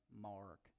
Mark